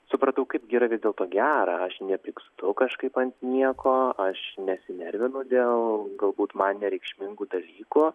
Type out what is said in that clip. supratau kaip gi yra vis dėlto gera aš nepykstu kažkaip ant nieko aš nesinervinu dėl galbūt man nereikšmingų dalykų